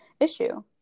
issue